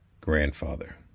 grandfather